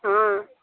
ହଁ